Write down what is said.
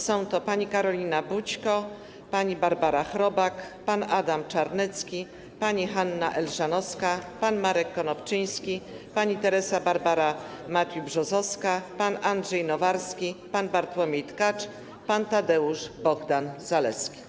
Są to: pani Karolina Bućko, pani Barbara Chrobak, pan Adam Czarnecki, pani Hanna Elżanowska, pan Marek Konopczyński, pani Teresa Barbara Matthews-Brzozowska, pan Andrzej Nowarski, pan Bartłomiej Tkacz, pan Tadeusz Bohdan Zaleski.